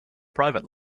private